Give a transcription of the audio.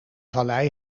vallei